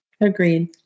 Agreed